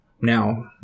Now